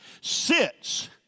sits